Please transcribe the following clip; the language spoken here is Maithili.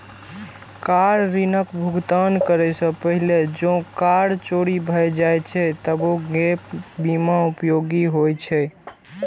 कार ऋणक भुगतान करै सं पहिने जौं कार चोरी भए जाए छै, तबो गैप बीमा उपयोगी होइ छै